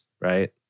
right